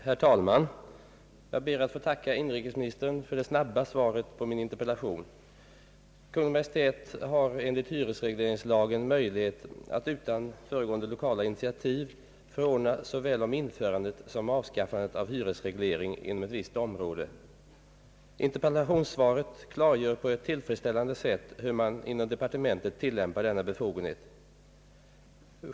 Herr talman! Jag ber att få tacka inrikesministern för det snabba svaret på min interpellation. Kungl. Maj:t har enligt hyresregleringslagen möjlighet att utan föregående lokala initiativ förordna såväl om införandet som avskaffandet av hyresreglering inom ett visst område. Interpellationssvaret klargör på ett tillfredsställande sätt hur man inom departementet tillämpar denna befogenhet.